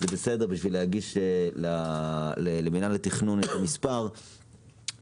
זה בסדר בשביל להגיש למינהל התכנון את המספר כמסגרת,